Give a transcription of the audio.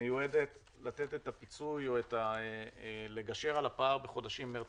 מיועדת לתת את הפיצוי או לגשר על הפער בחודשים מרץ-אפריל.